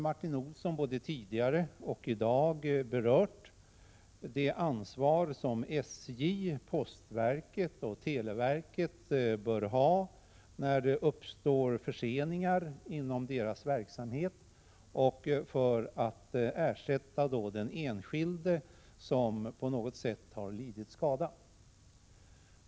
Martin Olsson har både tidigare och i dag berört det ansvar som SJ, postverket och televerket bör ha när det uppstår förseningar inom deras verksamhetsområden och när det gäller att ersätta den enskilde som på något sätt har lidit skada.